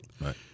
Right